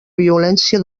violència